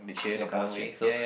Singapore cheer so